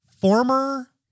former